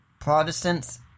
Protestants